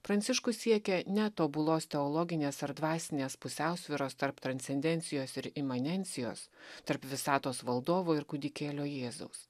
pranciškus siekia ne tobulos teologinės ar dvasinės pusiausvyros tarp transcendencijos ir imanencijos tarp visatos valdovų ir kūdikėlio jėzaus